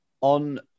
On